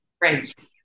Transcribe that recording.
Right